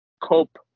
cope